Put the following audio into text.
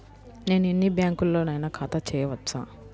నేను ఎన్ని బ్యాంకులలోనైనా ఖాతా చేయవచ్చా?